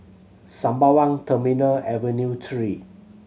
Sembawang Terminal Avenue Three